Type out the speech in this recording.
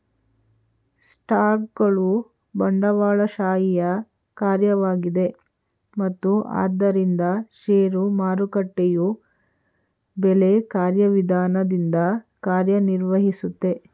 ಸ್ಟಾಕ್ಗಳು ಬಂಡವಾಳಶಾಹಿಯ ಕಾರ್ಯವಾಗಿದೆ ಮತ್ತು ಆದ್ದರಿಂದ ಷೇರು ಮಾರುಕಟ್ಟೆಯು ಬೆಲೆ ಕಾರ್ಯವಿಧಾನದಿಂದ ಕಾರ್ಯನಿರ್ವಹಿಸುತ್ತೆ